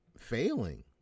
Failing